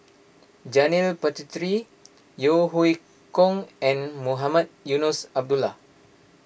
Janil Puthucheary Yeo Hoe Koon and Mohamed Eunos Abdullah